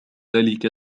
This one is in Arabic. ذلك